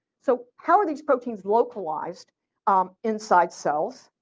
so how are these proteins localized inside cells?